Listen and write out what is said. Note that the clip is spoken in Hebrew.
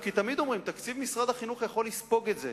כי תמיד אומרים שתקציב משרד החינוך יכול לספוג את זה.